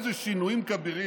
איזה שינויים כבירים.